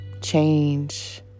change